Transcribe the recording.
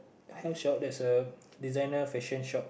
hair shop there's a designer fashion shop